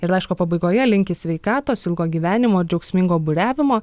ir laiško pabaigoje linki sveikatos ilgo gyvenimo džiaugsmingo buriavimo